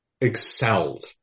excelled